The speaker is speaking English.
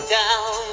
down